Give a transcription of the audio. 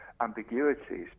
ambiguities